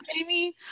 Amy